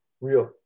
real